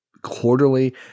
quarterly